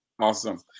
Awesome